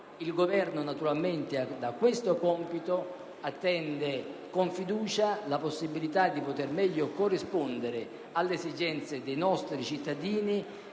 Il Governo naturalmente da questo compito attende con fiducia la possibilità di meglio corrispondere alle esigenze dei nostri cittadini